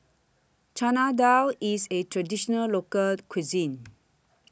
Chana Dal IS A Traditional Local Cuisine